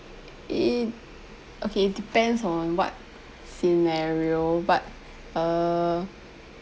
it okay it depends on what scenario but err